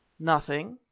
nothing,